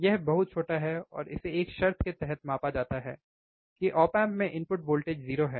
यह बहुत छोटा है और इसे एक शर्त के तहत मापा जाता है कि ऑप एम्प में इन्पुट वोलटेज 0 है